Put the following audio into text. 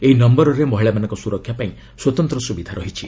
ଏହି ନୟରରେ ମହିଳାମାନଙ୍କ ସୁରକ୍ଷା ପାଇଁ ସ୍ୱତନ୍ତ ସୁବିଧା ରହିଛି